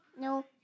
No